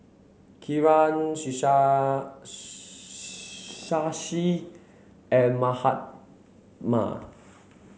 Kiran Shashi and Mahatma